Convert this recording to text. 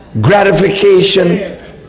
gratification